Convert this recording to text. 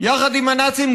יחד עם הנאצים,